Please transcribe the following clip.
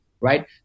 right